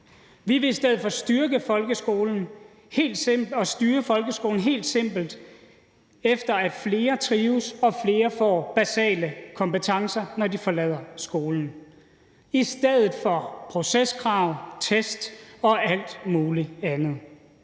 Vi vil i stedet for styre folkeskolen helt simpelt efter, at flere trives og flere får basale kompetencer, når de forlader skolen, i stedet for proceskrav, test og alt muligt andet.